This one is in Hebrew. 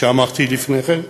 שאמרתי לפני כן.